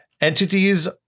Entities